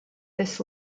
this